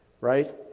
right